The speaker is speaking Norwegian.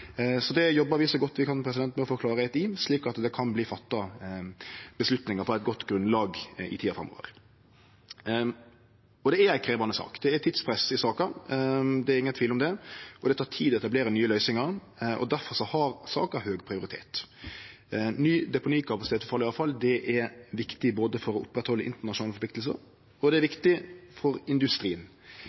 Det jobbar vi så godt vi kan med å få klarlagt, slik at det kan verte fatta avgjerder på eit godt grunnlag i tida framover. Det er ei krevjande sak. Det er tidspress i saka, det er ingen tvil om det, og det tek tid å etablere nye løysingar. Difor har saka høg prioritet. Ny deponikapasitet for farleg avfall er viktig for å oppretthalde internasjonale forpliktingar, og det er viktig for industrien.